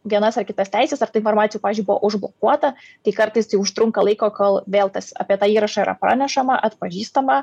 vienas ar kitas teises ar ta informacija pavyzdžiui buvo užblokuota tai kartais tai užtrunka laiko kol vėl tas apie tą įrašą yra pranešama atpažįstama